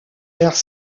vers